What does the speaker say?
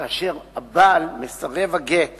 כאשר הבעל מסרב הגט